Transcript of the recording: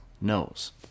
knows